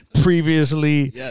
Previously